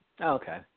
Okay